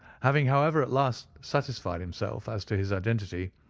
having, however, at last, satisfied himself as to his identity,